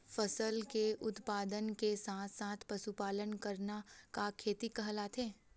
फसल के उत्पादन के साथ साथ पशुपालन करना का खेती कहलाथे?